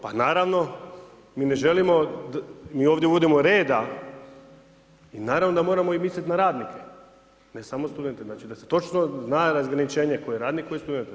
Pa naravno mi ne želimo, mi ovdje uvodimo reda i naravno da moramo misliti i na radnike, ne samo studente, znači da se točno zna razgraničenje tko je radnik, tko je student.